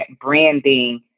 branding